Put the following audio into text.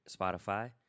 Spotify